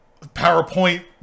PowerPoint